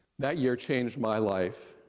that year changed my life.